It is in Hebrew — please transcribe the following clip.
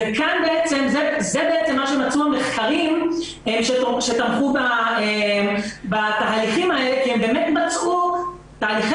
זה בעצם מה שמצאו מחקרים שתמכו בתהליכים האלה כי הם באמת מצאו תהליכי